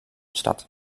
statt